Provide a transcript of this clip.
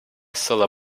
solar